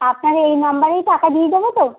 আপনার এই নম্বরেই টাকা দিয়ে দেবো তো